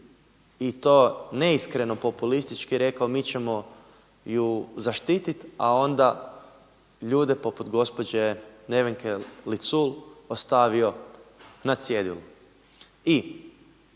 i to neiskreno populistički rekao, mi ćemo ju zaštititi, a onda ljude poput gospođe Nevenke Licul ostavio na cjedilu.